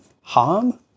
harm